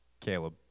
Caleb